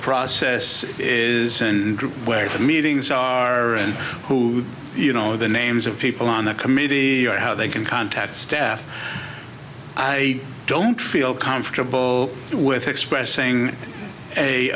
process is where the meetings are and who you know the names of people on the committee and how they can contact staff i don't feel comfortable with expressing a